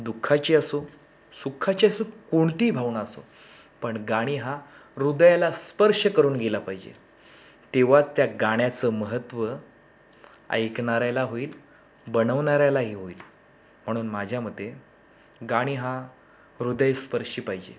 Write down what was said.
दु खाची असो सुखाची असोत कोणतीही भावना असो पण गाणी हा हृदयाला स्पर्श करून गेला पाहिजे तेव्हाच त्या गाण्याचं महत्त्व ऐकणाऱ्याला होईल बनवणाऱ्यालाही होईल म्हणून माझ्या मते गाणी हा हृदयस्पर्शी पाहिजे